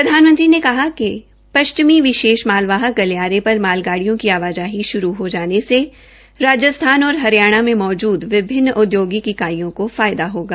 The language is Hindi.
प्रधानमंत्री ने कहा कि पश्चिमी विशेष मालवाहक गलियारे पर मालगाडियों की आवाजाही शुरू हो जाने से राजस्थान और हरियाणा में मौजूद विभिन्न औद्योगिक इकाइयों को फायदा होगा